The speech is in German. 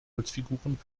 holzfiguren